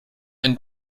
einen